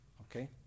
Okay